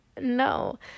No